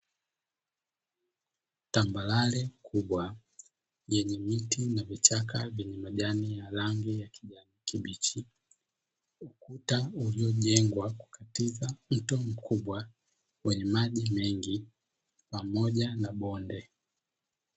Tambarare kubwa yenye miti na vichaka vyenye majani ya rangi ya kijani kibichi. Ukuta uliojengwa kukatiza mto mkubwa wenye maji mengi pamoja na bonde.